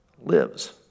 lives